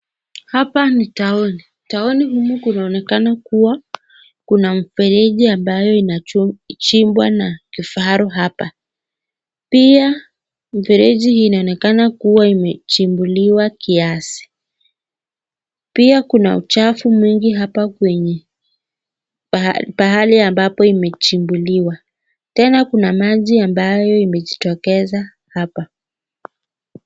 Hapa ni town . Town humu kunaonekana kuwa kuna mfereji ambayo inachimbwa na kifaru hapa. Pia mfereji huu inaonekana kuwa imechimbuliwa kiasi. Pia kuna uchafu mwingi hapa kwenye pahali ambapo imechimbuliwa. Tena kuna maji ambayo imejitokeza hapa.